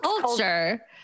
culture